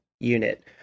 unit